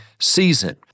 season